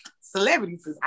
Celebrities